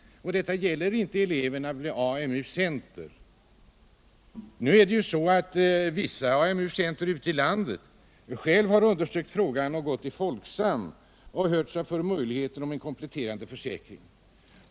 Detta gäller inte eleverna vid AMU-center. Vissa AMU-center i landet har själva undersökt frågan och gått till Folksam och hört sig för om en kompletterande försäkring.